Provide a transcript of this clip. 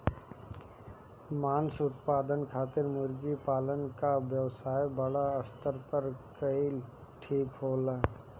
मांस उत्पादन खातिर मुर्गा पालन क व्यवसाय बड़ा स्तर पर कइल ठीक होला